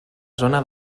zona